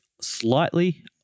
slightly